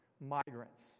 Migrants